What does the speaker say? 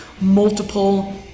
multiple